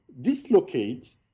dislocate